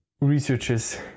researchers